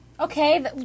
Okay